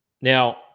Now